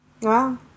Wow